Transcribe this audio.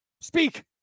speak